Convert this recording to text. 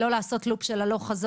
לא לעשות לופ של הלוך-חזור,